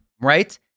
right